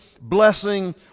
blessing